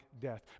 death